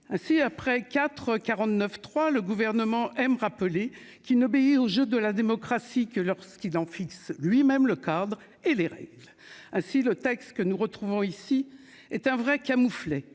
ainsi après 4 49 3 le gouvernement aime rappeler qu'il n'obéit au jeu de la démocratie que lorsqu'il en fixe lui-même le cadre et les règles ah si le texte que nous retrouvons ici est un vrai camouflet